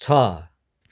छ